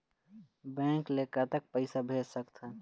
Bank ले कतक पैसा भेज सकथन?